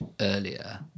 earlier